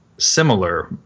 Similar